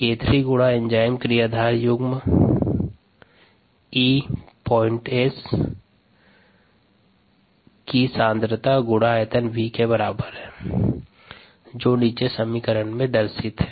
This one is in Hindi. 𝑘3 गुणा एंजाइम क्रियाधार युग्म ES की सांद्रता गुणा आयतन के बराबर होता है